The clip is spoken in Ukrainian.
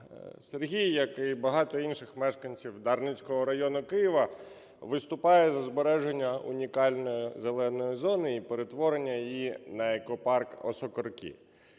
Сергій, як і багато інших мешканців Дарницького району Києва, виступає за збереження унікальної зеленої зони і перетворення її на екопарк "Осокорки".